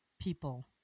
people